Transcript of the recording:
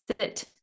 sit